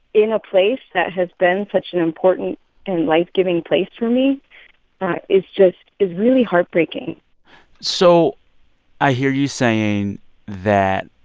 in a place that has been such an important and life-giving place for me is just is really heartbreaking so i hear you saying that,